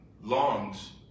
longs